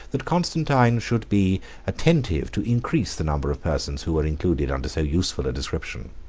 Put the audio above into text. that constantine should be attentive to increase the number of persons who were included under so useful a description.